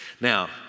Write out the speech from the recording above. now